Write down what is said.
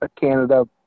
Canada